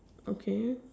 okay